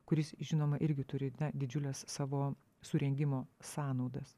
kuris žinoma irgi turi na didžiules savo surengimo sąnaudas